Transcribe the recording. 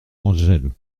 angèle